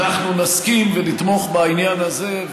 ככה שאנחנו נסכים ונתמוך בעניין הזה,